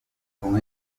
con